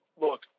look